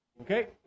Okay